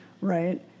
right